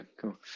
cool